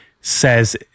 says